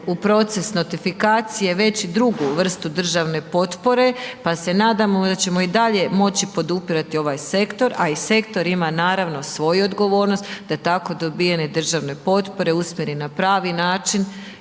u proces notifikacije već drugu vrstu državne potpore pa se nadamo da ćemo i dalje moći podupirati ovaj sektor a i sektor ima naravno svoju odgovornost da tako dobivene državne potpore usmjeri na pravi način